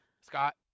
scott